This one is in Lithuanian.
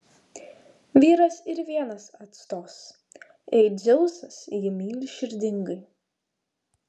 vyras ir vienas atstos jei dzeusas jį myli širdingai